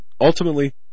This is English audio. ultimately